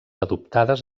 adoptades